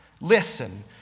listen